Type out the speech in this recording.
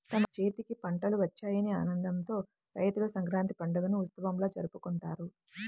తమ చేతికి పంటలు వచ్చాయనే ఆనందంతో రైతులు సంక్రాంతి పండుగని ఉత్సవంలా జరుపుకుంటారు